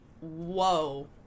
whoa